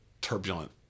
turbulent